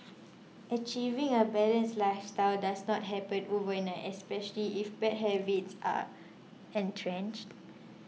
achieving a balanced lifestyle does not happen overnight especially if bad habits are entrenched